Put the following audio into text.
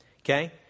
Okay